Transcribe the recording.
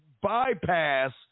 bypass